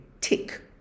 tick